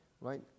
right